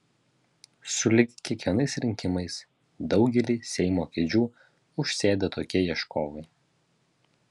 sulig kiekvienais rinkimais daugelį seimo kėdžių užsėda tokie ieškovai